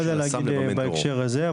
להגיד בהקשר הזה,